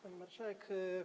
Pani Marszałek!